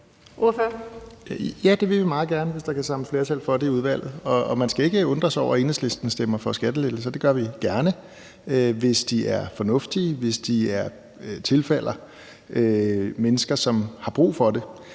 det vil vi meget gerne, hvis der kan samles flertal for det i udvalget. Man skal ikke undre sig over, at Enhedslisten stemmer for skattelettelser. Det gør vi gerne, hvis de er fornuftige, og hvis de tilfalder mennesker, som har brug for det.